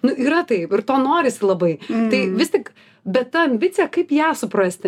nu yra taip ir to norisi labai tai vis tik bet ta ambicija kaip ją suprasti